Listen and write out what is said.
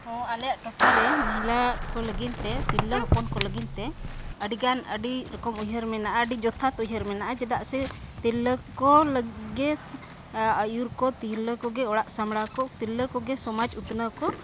ᱦᱚᱸ ᱟᱞᱮᱭᱟᱜ ᱴᱚᱴᱷᱟᱨᱮ ᱢᱚᱦᱤᱞᱟ ᱠᱚ ᱞᱟᱹᱜᱤᱫᱼᱛᱮ ᱛᱤᱨᱞᱟᱹ ᱠᱚ ᱞᱟᱹᱜᱤᱫᱼᱛᱮ ᱟᱹᱰᱤᱜᱟᱱ ᱟᱹᱰᱤ ᱨᱚᱠᱚᱢ ᱩᱭᱦᱟᱹᱨ ᱢᱮᱱᱟᱜᱼᱟ ᱟᱹᱰᱤ ᱡᱚᱛᱷᱟᱛ ᱩ ᱭᱦᱟᱹᱨ ᱢᱮᱱᱟᱜᱼᱟ ᱪᱮᱫᱟᱜ ᱥᱮ ᱛᱤᱨᱞᱟᱹ ᱠᱚ ᱞᱟᱹᱜᱤᱫ ᱟᱹᱭᱩᱨ ᱠᱚ ᱛᱤᱨᱞᱟᱹ ᱠᱚᱜᱮ ᱚᱲᱟᱜ ᱥᱟᱢᱵᱲᱟᱣ ᱠᱚ ᱛᱤᱨᱞᱟᱹ ᱠᱚᱜᱮ ᱥᱚᱢᱟᱡᱽ ᱩᱛᱱᱟᱹᱣ ᱠᱚ